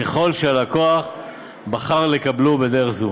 ככל שהלקוח בחר לקבלו בדרך זו.